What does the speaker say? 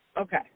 Okay